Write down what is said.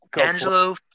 Angelo